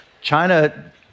China